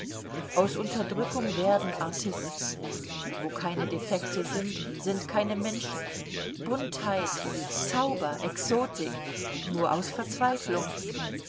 aus unterdrückung werden artisten wo keine defekte sind sind keine menschen buntheit zauber exotik nur aus verzweiflung